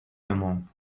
beaumont